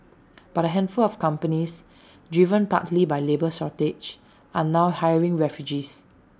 but A handful of companies driven partly by labour shortages are now hiring refugees